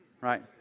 Right